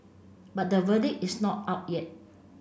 but the verdict is not out yet